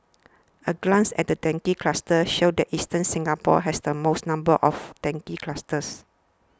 a glance at dengue clusters show that eastern Singapore has the most number of dengue clusters